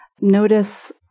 Notice